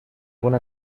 una